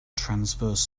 transverse